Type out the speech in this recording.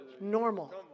normal